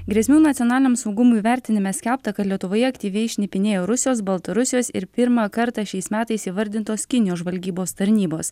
grėsmių nacionaliniam saugumui vertinime skelbta kad lietuvoje aktyviai šnipinėja rusijos baltarusijos ir pirmą kartą šiais metais įvardintos kinijos žvalgybos tarnybos